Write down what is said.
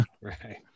Right